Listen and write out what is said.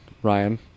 Ryan